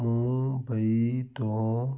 ਮੁੰਬਈ ਤੋਂ